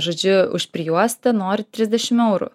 žodžiu už prijuostę norit trisdešim eurų